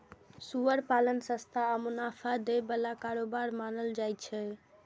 सुअर पालन सस्ता आ मुनाफा दै बला कारोबार मानल जाइ छै